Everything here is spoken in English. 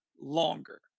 longer